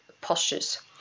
postures